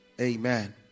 Amen